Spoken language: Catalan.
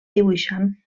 dibuixant